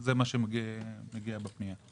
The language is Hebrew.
זה מה שמגיע בפנייה.